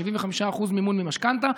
75% מימון משכנתה.